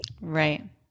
Right